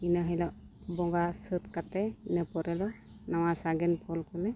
ᱤᱱᱟᱹ ᱦᱤᱞᱳᱜ ᱵᱚᱸᱜᱟ ᱥᱟᱹᱛ ᱠᱟᱛᱮ ᱤᱱᱟᱹ ᱯᱚᱨᱮ ᱫᱚ ᱱᱟᱣᱟ ᱥᱟᱜᱮᱱ ᱯᱷᱚᱞ ᱠᱚᱞᱮ